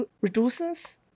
reduces